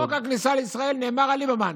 חוק הכניסה לישראל נאמר על ליברמן.